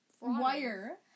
Wire